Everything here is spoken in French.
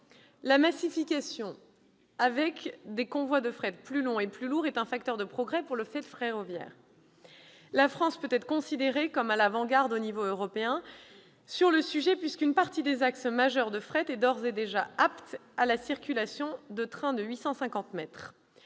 La massification, avec des convois de fret plus longs et plus lourds, est un facteur de progrès pour le fret ferroviaire. La France peut être considérée comme à l'avant-garde à l'échelon européen sur le sujet, puisqu'une partie des axes majeurs de fret est d'ores et déjà apte à la circulation de trains de 850 mètres.